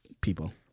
people